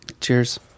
Cheers